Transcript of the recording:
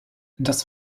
das